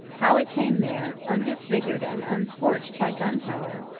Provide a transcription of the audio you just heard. how it came there, undisfigured and unscorched by gunpowder,